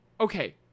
Okay